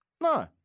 No